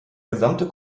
gesamte